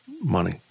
money